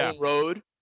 road